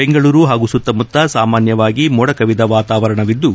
ಬೆಂಗಳೂರು ಸುತ್ತಮುತ್ತ ಸಾಮಾನ್ಯವಾಗಿ ಮೋಡಕವಿದ ವಾತಾವರಣವಿದ್ದು